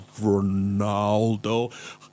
Ronaldo